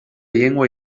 llengua